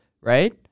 right